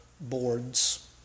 boards